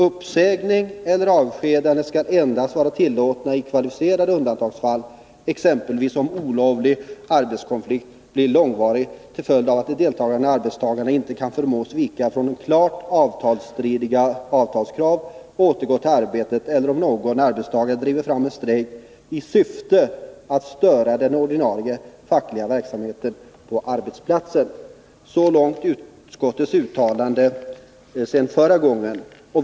Uppsägning eller avskedande skall endast vara tillåtna i kvalificerade undantagsfall, exempelvis om en olovlig arbetskonflikt blir långvarig till följd av att de deltagande arbetstagarna inte kan förmås vika från klart avtalsstridiga avtalskrav och återgå till arbetet eller om någon arbetstagare driver fram en strejk i syfte att störa den ordinarie fackliga verksamheten på arbetsplatsen.” Så långt utskottets uttalande förra gången frågan behandlades.